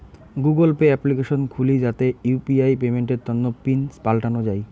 Google pay application খুলে যাতে UPI পেমেন্টের তন্ন পিন পাল্টানো যাই